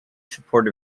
support